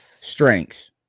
Strengths